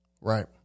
right